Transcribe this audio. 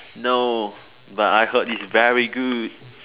no but I heard it's very good